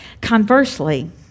Conversely